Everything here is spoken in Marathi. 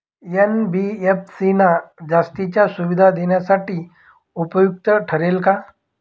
एन.बी.एफ.सी ना जास्तीच्या सुविधा देण्यासाठी उपयुक्त ठरेल का?